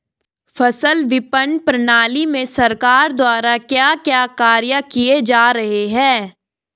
फसल विपणन प्रणाली में सरकार द्वारा क्या क्या कार्य किए जा रहे हैं?